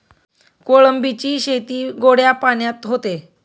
कोळंबीची शेती गोड्या पाण्यात होते